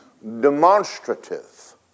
demonstrative